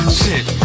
sit